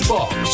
Box